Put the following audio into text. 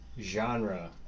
genre